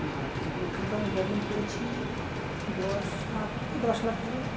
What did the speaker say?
আর এ পর্যন্ত আমি উপার্জন করেছি দশ আট থেকে দশ লাখ টাকা